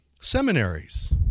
Seminaries